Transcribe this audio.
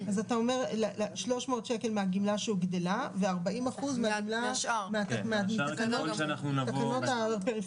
אז אתה אומר 300 שקל מהגמלה שהוגדלה ו-40% מתקנות הפריפריה,